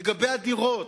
לגבי הדירות,